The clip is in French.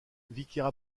vicaire